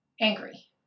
angry